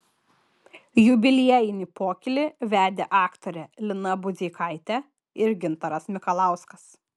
jubiliejinį pokylį vedė aktorė lina budzeikaitė ir gintaras mikalauskas